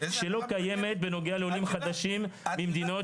שלא קיימת בנוגע לעולים חדשים ממדינות